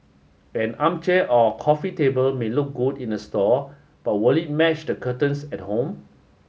an armchair or coffee table may look good in the store but will it match the curtains at home